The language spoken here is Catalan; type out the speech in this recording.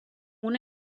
una